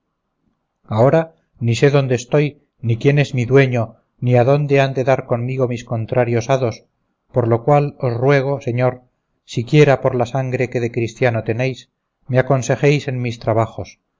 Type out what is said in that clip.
ahora ni sé donde estoy ni quién es mi dueño ni adónde han de dar conmigo mis contrarios hados por lo cual os ruego señor siquiera por la sangre que de cristiano tenéis me aconsejéis en mis trabajos